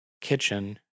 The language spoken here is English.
kitchen